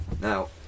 Now